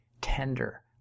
tender